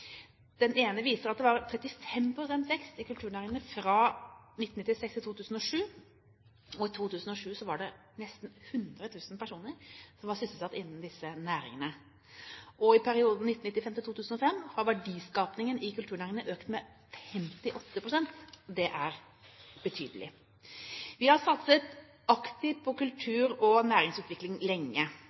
Den ene viser at det var 35 pst. vekst i kulturnæringene fra 1996 til 2007, og i 2007 var det nesten 100 000 personer som var sysselsatt innenfor disse næringene. I perioden 1995–2005 har verdiskapingen i kulturnæringene økt med 58 pst. Det er betydelig. Vi har satset aktivt på kultur- og næringsutvikling lenge,